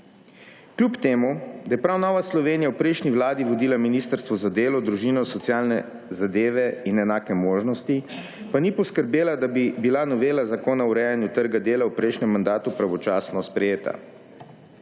Kljub temu da je prav Nova Slovenija v prejšnji vladi vodila Ministrstvo za delo, družino, socialne zadeve in enake možnosti, pa ni poskrbela, da bi bila novela zakona o urejanju trga dela v prejšnjem mandatu pravočasno sprejeta.